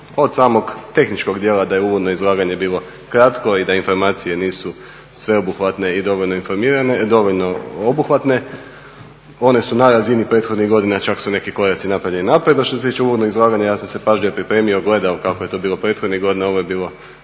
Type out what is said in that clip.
Od samog tehničkog dijela da je uvodno izlaganje bilo kratko i da informacije nisu sveobuhvatne i dovoljno obuhvatne, one su na razini prethodnih godina, čak su neki koraci napravljeni …. Što se tiče uvodnog izlaganja, ja sam se pažljivo pripremio, gledao kako je to bilo prethodnih godina, ovo je bilo